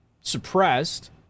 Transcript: suppressed